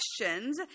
questions